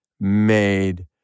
made